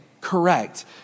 correct